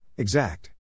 Exact